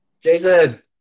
Jason